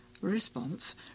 response